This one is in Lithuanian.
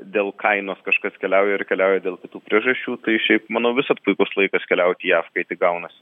dėl kainos kažkas keliauja ar keliauja dėl kitų priežasčių tai šiaip manau visad puikus laikas keliauti į jav kai tik gaunasi